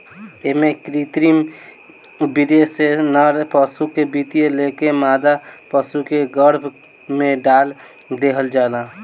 एमे कृत्रिम वीर्य से नर पशु के वीर्य लेके मादा पशु के गर्भ में डाल देहल जाला